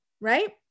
Right